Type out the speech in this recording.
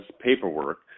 paperwork